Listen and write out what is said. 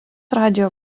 radijo